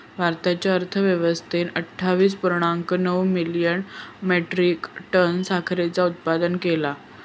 भारताच्या अर्थव्यवस्थेन अट्ठावीस पुर्णांक नऊ मिलियन मेट्रीक टन साखरेचा उत्पादन केला